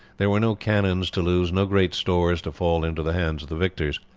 there were no cannons to lose, no great stores to fall into the hands of the victors.